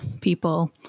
people